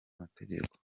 amategeko